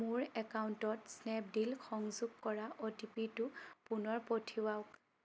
মোৰ একাউণ্টত স্নেপডীল সংযোগ কৰা অ' টি পিটো পুনৰ পঠিৱাওক